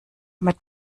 mit